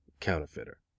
counterfeiter